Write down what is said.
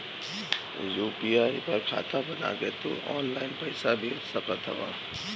UPI पर खाता बना के तू ऑनलाइन पईसा भेज सकत हवअ